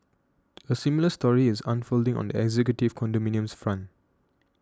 a similar story is unfolding on the executive condominiums front